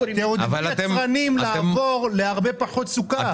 תעודדו יצרנים לעבור לשימוש בהרבה פחות סוכר.